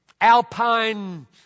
alpine